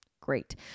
great